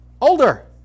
older